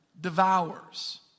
devours